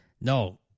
No